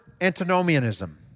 Antinomianism